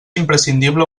imprescindible